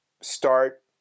start